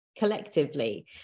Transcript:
collectively